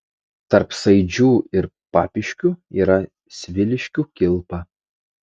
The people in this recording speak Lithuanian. tarp saidžių ir papiškių yra sviliškių kilpa